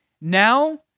Now